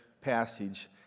passage